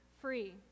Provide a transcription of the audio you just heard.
free